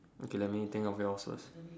okay let me think of yours first